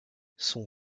son